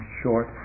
short